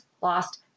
lost